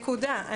נקודה.